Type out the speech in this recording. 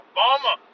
Obama